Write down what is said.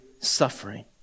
suffering